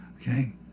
Okay